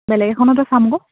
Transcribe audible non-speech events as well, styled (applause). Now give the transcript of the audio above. বেলেগ এখনতে (unintelligible)